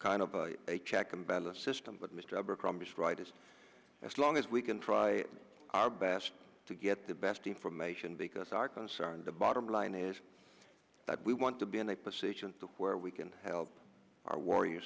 kind of a check and balance system but mr abercrombie right it's as long as we can try our best to get the best information because our concern and the bottom line is that we want to be in a position where we can help our warrior